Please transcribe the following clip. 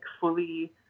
fully